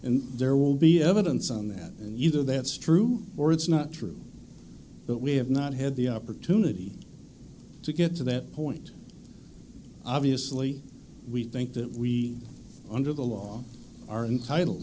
and there will be evidence on that and either that's true or it's not true but we have not had the opportunity to get to that point obviously we think that we under the law are intitle